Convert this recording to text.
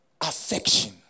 affection